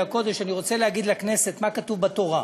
הקודש אני רוצה להגיד בכנסת מה כתוב בתורה.